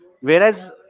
Whereas